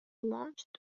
launched